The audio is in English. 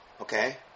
Okay